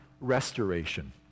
restoration